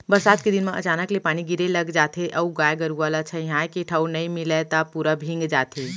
बरसात के दिन म अचानक ले पानी गिरे लग जाथे अउ गाय गरूआ ल छंइहाए के ठउर नइ मिलय त पूरा भींग जाथे